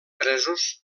presos